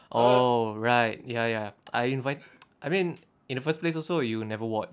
oh right ya ya I invite I mean in the first place also you never watch